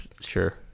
sure